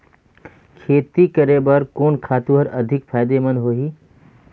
खेती करे बर कोन खातु हर अधिक फायदामंद होही?